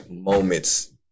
Moments